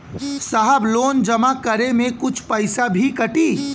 साहब लोन जमा करें में कुछ पैसा भी कटी?